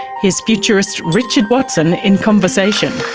here's futurist richard watson in conversation.